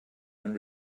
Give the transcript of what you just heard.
and